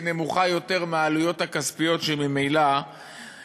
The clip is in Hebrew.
היא נמוכה יותר מהעלויות הכספיות שממילא,